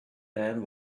man